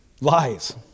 Lies